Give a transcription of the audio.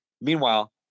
meanwhile